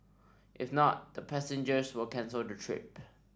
if not the passengers will cancel the trip